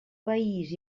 país